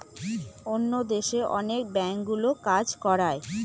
অন্য দেশে অনেক ব্যাঙ্কগুলো কাজ করায়